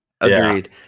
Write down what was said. Agreed